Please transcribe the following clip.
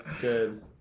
Good